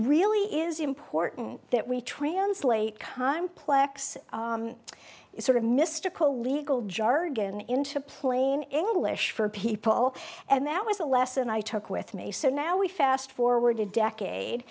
really is important that we translate kime plex sort of mystical legal jargon into plain english for people and that was the lesson i took with me so now we fast forward a decade